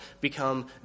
become